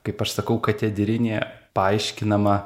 kaip aš sakau katedrinė paaiškinama